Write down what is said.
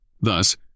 Thus